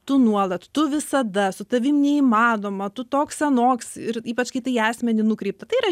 tu nuolat tu visada su tavim neįmanoma tu toks anoks ir ypač kai tai į asmenį nukreipta tai yra